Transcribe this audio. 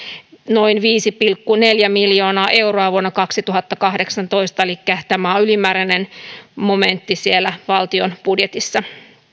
noin viisi pilkku neljä miljoonaa euroa vuonna kaksituhattakahdeksantoista elikkä tämä on ylimääräinen momentti siellä valtion budjetissa